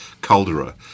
caldera